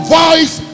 voice